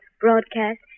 broadcast